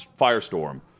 firestorm